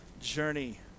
journey